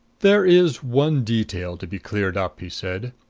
there is one detail to be cleared up, he said.